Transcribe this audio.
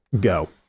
Go